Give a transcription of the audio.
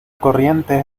corriente